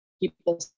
people